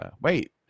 wait